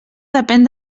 depèn